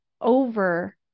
over